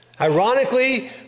Ironically